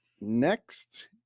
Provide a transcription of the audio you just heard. next